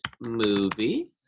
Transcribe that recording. movie